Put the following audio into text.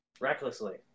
recklessly